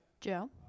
Joe